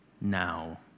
now